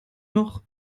noch